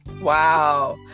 Wow